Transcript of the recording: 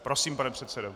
Prosím, pane předsedo.